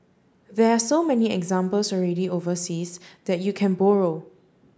there are so many examples already overseas that you can borrow